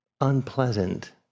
unpleasant